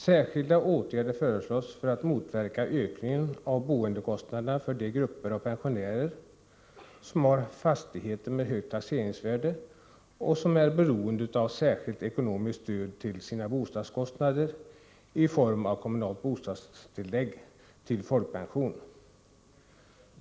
Särskilda åtgärder föreslås för att motverka ökningen av boendekostnaderna för de grupper av pensionärer som har fastigheter med högt taxeringsvärde och som är beroende av särskilt ekonomiskt stöd till sina bostadskostnader i form av kommunalt bostadstillägg till folkpension.